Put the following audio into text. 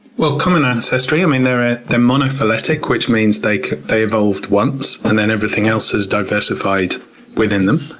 well, common ancestry. i mean, they're ah they're monophyletic, which means they they evolved once and then everything else is diversified within them.